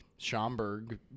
Schomburg